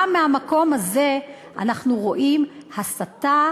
גם מהמקום הזה אנחנו רואים הסתה,